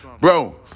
bro